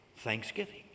Thanksgiving